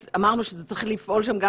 אמרנו שצריך לפעול שם גם